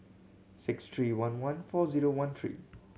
six three one one four zero one three